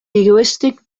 egoistic